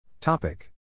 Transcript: Topic